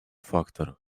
фактор